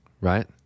right